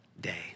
day